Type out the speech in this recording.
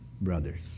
brothers